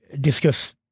discuss